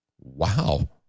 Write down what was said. Wow